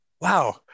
wow